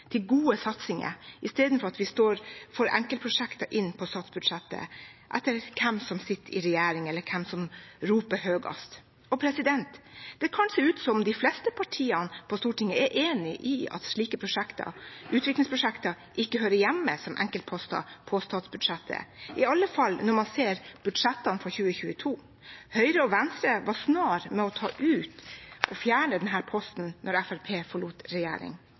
til å søke midler til gode satsinger, i stedet for at vi får enkeltprosjekter inn på statsbudsjettet etter hvem som sitter i regjering eller hvem som roper høyest. Det kan se ut som om de fleste partiene på Stortinget er enig i at slike utviklingsprosjekter ikke hører hjemme som enkeltposter på statsbudsjettet, iallfall når man ser budsjettene for 2022. Høyre og Venstre var snare med å